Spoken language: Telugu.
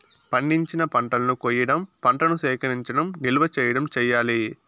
పండించిన పంటలను కొయ్యడం, పంటను సేకరించడం, నిల్వ చేయడం చెయ్యాలి